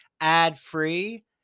ad-free